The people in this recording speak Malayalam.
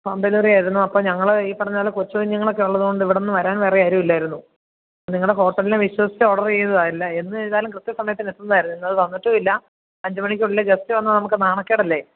ഹോം ഡെലിവറി ആയിരുന്നു അപ്പം ഞങ്ങൾ ഈ പറഞ്ഞത് പോലെ കൊച്ചു കുഞ്ഞുങ്ങളൊക്കെ ഉള്ളത് കൊണ്ട് ഇവിടെ നിന്ന് വരാൻ വേറെ ആരും ഇല്ലായിരുന്നു നിങ്ങളുടെ ഹോട്ടലിനെ വിശ്വസിച്ചു ഓഡർ ചെയ്തതാണ് എല്ലാം എന്തു ചെയ്താലും കൃത്യ സമയത്ത് തന്നെ എത്തുന്നതായിരുന്നു ഇന്ന് അ ത് വന്നിട്ടുമില്ല അഞ്ച് മണിക്കുള്ളിൽ ഗെസ്റ്റ് വന്നാൽ നമുക്ക് നാണക്കേടല്ലേ